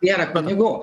nėra pinigų